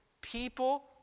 people